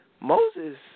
Moses